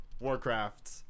Warcraft